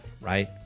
right